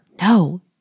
No